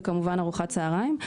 וכמובן ארוחת צהריים.